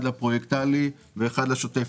אחד לפרויקטלי ואחד לשוטף.